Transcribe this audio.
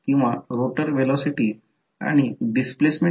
तर जर ते येथे बनवले तर ते j L1 i j M i j L2 i j M i v असेल